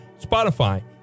Spotify